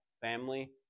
family